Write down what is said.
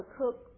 cook